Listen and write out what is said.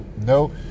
no